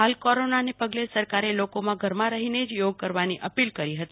હાલ કોરોનાના પગલે સરકારે લોકોને ઘરમાં રહીને જ યોગ કરવા અપીલ કરી હતી